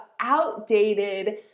outdated